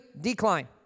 decline